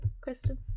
Kristen